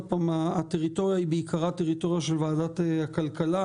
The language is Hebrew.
הטריטוריה היא בעיקרה טריטוריה של ועדת הכלכלה,